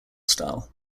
style